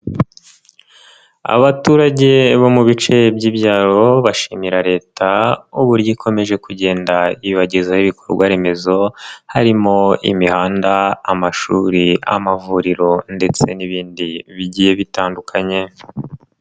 Abaturage bo mu bice by'ibyaro, bashimira Leta uburyo ikomeje kugenda ibagezaho ibikorwaremezo harimo imihanda, amashuri, amavuriro ndetse n'ibindi bigiye bitandukanye.